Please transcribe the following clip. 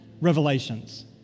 Revelations